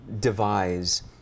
devise